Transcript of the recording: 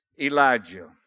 Elijah